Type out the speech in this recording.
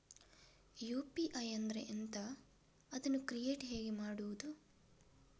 UPI ಅಂದ್ರೆ ಎಂಥ? ಅದನ್ನು ಕ್ರಿಯೇಟ್ ಹೇಗೆ ಮಾಡುವುದು?